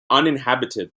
uninhabited